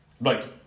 Right